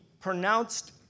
pronounced